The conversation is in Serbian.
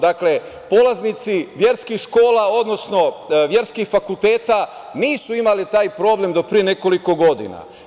Dakle, polaznici verskih škola, odnosno verskih fakulteta, nisu imali taj problem do pre nekoliko godina.